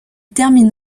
termine